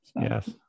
yes